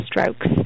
strokes